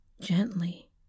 Gently